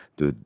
de